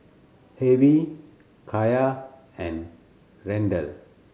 Hervey Kya and Randell